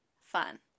fun